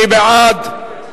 מי בעד?